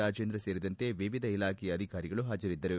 ರಾಜೇಂದ್ರ ಸೆರಿದಂತೆ ವಿವಿಧ ಇಲಾಖೆಯ ಅಧಿಕಾರಿಗಳು ಹಾಜರಿದ್ದರು